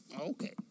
Okay